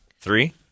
Three